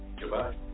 Goodbye